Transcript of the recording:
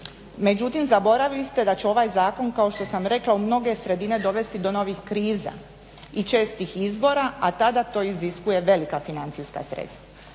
međutim zaboravili ste da će ovaj zakon kao što sam rekla u mnoge sredine dovesti do novih kriza i čestih izbora, a tada to iziskuje velika financijska sredstva.